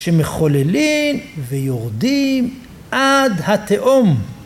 שמחוללים ויורדים עד התהום.